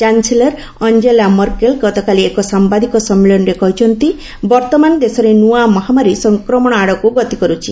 chancellor Angela Merkel ଗତକାଲି ଏକ ସାମ୍ବାଦିକ ସମ୍ମିଳନୀରେ କହିଛନ୍ତି ବର୍ଭମାନ ଦେଶରେ ନୂଆ ମହାମାରୀ ସଂକ୍ରମଣ ଆଡ଼କୁ ଗତି କରୁଛି